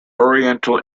oriental